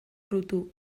fruitu